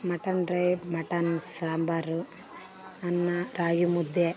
mutton dry mutton sambar ಅನ್ನ ರಾಗಿ ಮುದ್ದೆ